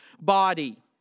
body